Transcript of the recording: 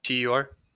TUR